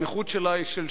הנכות שלה היא של